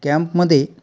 कॅम्पमध्ये